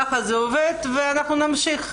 ככה זה עובד, ואנחנו נמשיך.